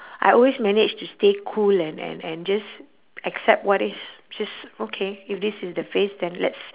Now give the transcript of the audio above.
I always manage to stay cool and and and just accept what is just okay if this is the phase then let's